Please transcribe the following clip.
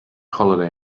holiday